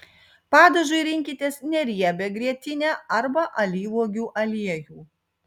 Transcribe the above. padažui rinkitės neriebią grietinę arba alyvuogių aliejų